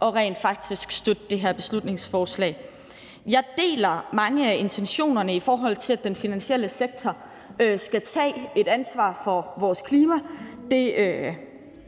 have at støtte det her beslutningsforslag. Jeg deler mange af intentionerne, i forhold til at den finansielle sektor skal tage et ansvar for vores klima. Det